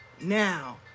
Now